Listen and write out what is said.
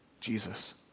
Jesus